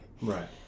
Right